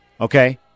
okay